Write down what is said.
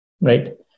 right